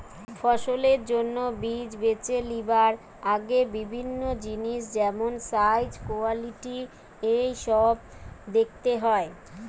ফসলের জন্যে বীজ বেছে লিবার আগে বিভিন্ন জিনিস যেমন সাইজ, কোয়ালিটি এসোব দেখতে হয়